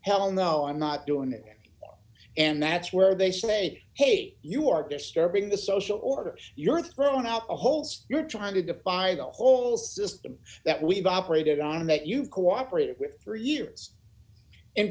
hell no i'm not doing it and that's where they say hey you are disturbing the social orders you're thrown out the holes you're trying to defy the whole system that we've operated d on that you cooperated with for years in